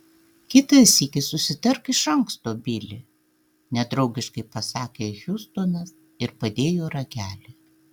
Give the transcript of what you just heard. kitą sykį susitark iš anksto bili nedraugiškai pasakė hjustonas ir padėjo ragelį